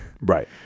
right